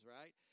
right